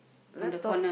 laptop